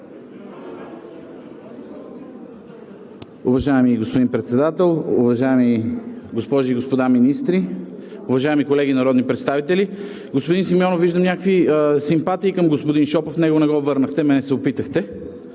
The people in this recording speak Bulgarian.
Уважаеми господин Председател, уважаеми госпожи и господа министри, уважаеми колеги народни представители! Господин Симеонов, виждам някакви симпатии към господин Шопов – него не го върнахте, мен се опитахте,